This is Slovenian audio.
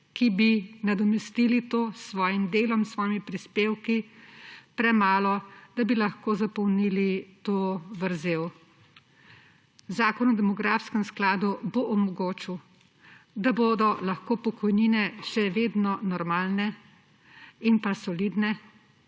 ki bi nadomestili to s svojim delom, s svojimi prispevki, premalo, da bi lahko zapolnili to vrzel. Zakon o demografskem skladu bo omogočil, da bodo lahko pokojnine še vedno normalne in pa solidne.